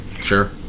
Sure